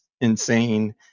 insane